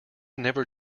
never